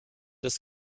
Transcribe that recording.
des